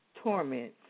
torment